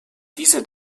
diese